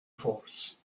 force